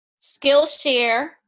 Skillshare